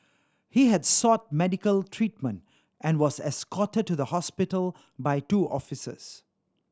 he had sought medical treatment and was escorted to the hospital by two officers